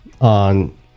on